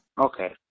okay